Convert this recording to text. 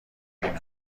این